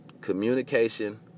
communication